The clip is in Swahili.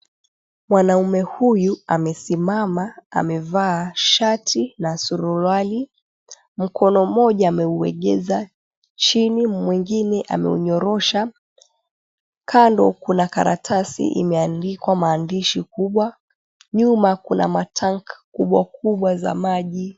Mwanaume huyu amesimama amevaa shati na suruali. Mkono mmoja ameuegeza chini mwingine ameunyorosha, kando kuna karatasi iliyo andikwa maandishi kubwa. Nyuma kuna matanki kubwa kubwa za maji.